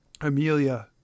Amelia